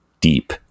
deep